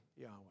Yahweh